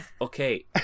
Okay